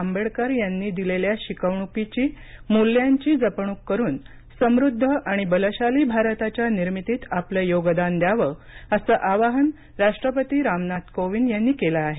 आंबेडकर यांनी दिलेल्या शिकवणूकीची मूल्यांची जपणूक करून समृद्ध आणि बलशाली भारताच्या निर्मितीत आपलं योगदान द्यावं असं आवाहन राष्ट्रपती रामनाथ कोविंद यांनी केलं आहे